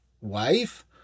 wife